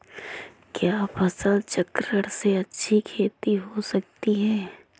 क्या फसल चक्रण से अच्छी खेती हो सकती है?